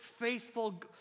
faithful